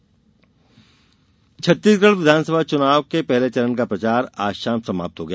छत्तीसगढ चुनाव छत्तीसगढ़ विधानसभा चुनाव के पहले चरण का प्रचार आज शाम समाप्त हो गया